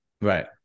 Right